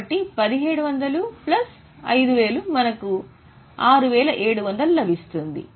కాబట్టి 1700 ప్లస్ 5000 మనకు 6700 లభిస్తుంది